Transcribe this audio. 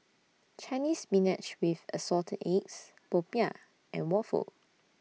Chinese Spinach with Assorted Eggs Popiah and Waffle